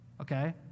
Okay